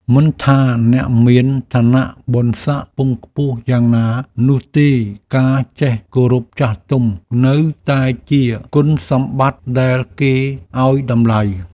មិនថាអ្នកមានឋានៈបុណ្យសក្តិខ្ពង់ខ្ពស់យ៉ាងណានោះទេការចេះគោរពចាស់ទុំនៅតែជាគុណសម្បត្តិដែលគេឱ្យតម្លៃ។